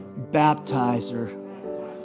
baptizer